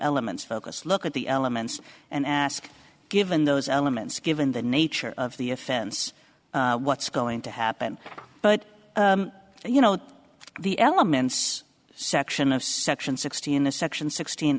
elements focus look at the elements and ask given those elements given the nature of the offense what's going to happen but you know the elements section of section sixty in the section sixteen